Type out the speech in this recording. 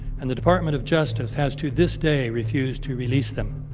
and the department of justice has to this day refused to release them.